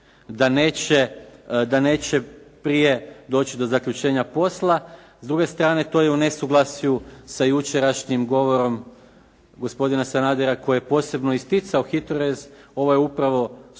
da neće prije doći do zaključenja posla, s druge strane to je u nesuglasju sa jučerašnjim govorom gospodina Sanadera koji je posebno isticao HITRORez ovo je upravo suprotno,